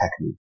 technique